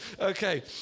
Okay